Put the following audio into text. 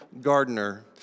gardener